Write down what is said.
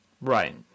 right